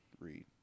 read